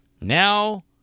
Now